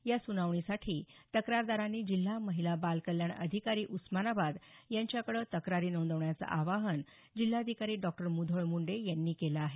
या सुनावणीसाठी तक्रारदारांनी जिल्हा महिला बाल कल्याण अधिकारी उस्मानाबाद यांच्याकडे तक्रारी नोंदवण्याचं आवाहन जिल्हाधिकारी डॉक्टर मुधोळ मुंडे यांनी केलं आहे